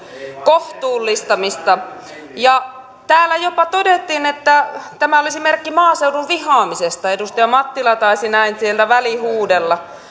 kohtuullistamista täällä jopa todettiin että tämä olisi merkki maaseudun vihaamisesta edustaja mattila taisi näin sieltä välihuudella